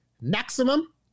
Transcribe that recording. Maximum